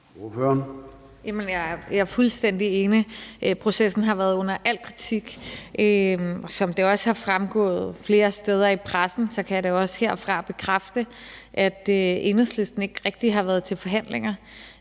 jeg er fuldstændig enig. Processen har været under al kritik, og som det også er fremgået flere steder i pressen, kan jeg da også herfra bekræfte, at Enhedslisten ikke rigtigt har været til forhandlinger.